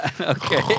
Okay